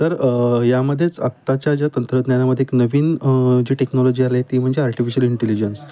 तर तर यामध्येच आत्ताच्या ज्या तंत्रज्ञानामधे एक नवीन जी टेक्नॉलॉजी आले ती म्हणजे आर्टिफिशिअल इंटेलिजन्स